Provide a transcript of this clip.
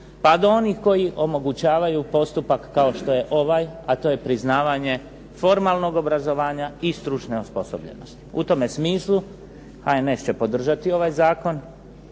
pa do onih koji omogućavaju postupak kao što je ovaj a to je priznavanje formalnog obrazovanja i stručne osposobljenosti. U tome smislu HNS će podržati ovaj Zakon